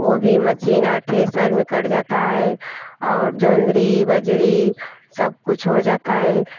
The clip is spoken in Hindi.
वो भी मसीन आ थ्रेसर में कट जाता है और जोनरी बजरी सब कुछ हो जाता है